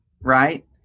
right